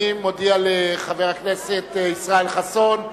אני מודיע לחבר הכנסת ישראל חסון,